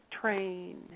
train